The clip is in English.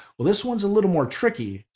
well this one's a little more tricky,